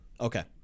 Okay